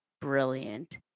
brilliant